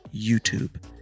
YouTube